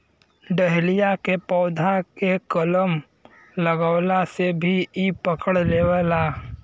dahlia के पौधा के कलम लगवले से भी इ पकड़ लेवला